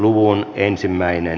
arvoisa puhemies